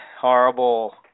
horrible